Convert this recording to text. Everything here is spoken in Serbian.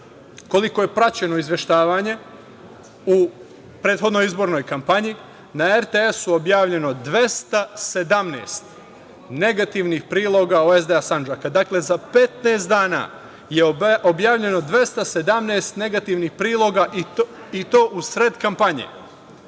koliko je praćeno izveštavanje u prethodnoj izbornoj kampanji, na RTS objavljeno 217 negativnih priloga o SDA Sandžaka. Dakle, za 15 dana je objavljeno 217 negativnih priloga i to u sred kampanje. Podsetiću